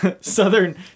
Southern